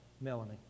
Melanie